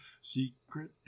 secret